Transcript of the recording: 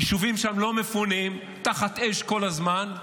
יישובים שם לא מפונים, תחת אש כל הזמן.